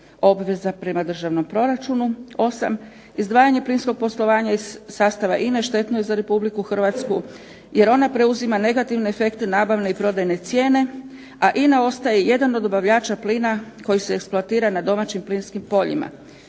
obveza prema državnom proračunu. 8. izdvajanje plinskog poslovanja iz sastava INA-e štetno je za Republiku Hrvatsku jer ona preuzima negativne efekte nabavne i prodajne cijene, a INA ostaje jedan od dobavljača plina koji se eksploatira na domaćim plinskim poljima.